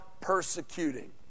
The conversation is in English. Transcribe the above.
persecuting